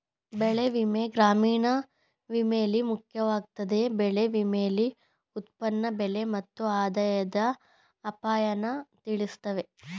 ಬೆಳೆವಿಮೆ ಗ್ರಾಮೀಣ ವಿಮೆಲಿ ಮುಖ್ಯವಾಗಯ್ತೆ ಬೆಳೆ ವಿಮೆಲಿ ಉತ್ಪನ್ನ ಬೆಲೆ ಮತ್ತು ಆದಾಯದ ಅಪಾಯನ ತಿಳ್ಸವ್ರೆ